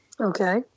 okay